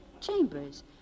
Chambers